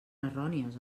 errònies